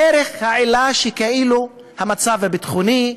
דרך העילה שכאילו המצב הביטחוני,